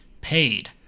paid